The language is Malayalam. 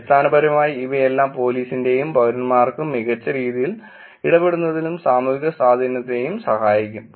അടിസ്ഥാനപരമായി ഇവയെല്ലാം പോലീസിന്റെയും പൌരന്മാർക്കും മികച്ച രീതിയിൽ ഇടപെടുന്നതിലും സാമൂഹിക സ്വാധീനത്തെ സഹായിക്കും